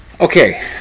Okay